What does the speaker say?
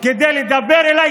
) הוא היה, רק שנייה,